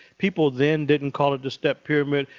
people, then, didn't call it the step pyramid.